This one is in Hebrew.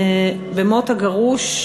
במות הגרוש,